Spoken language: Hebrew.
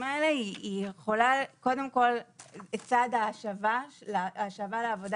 האלה יכולה קודם כל את סעד ההשבה לעבודה,